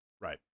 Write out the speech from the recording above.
Right